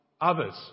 others